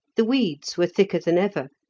the weeds were thicker than ever,